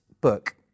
book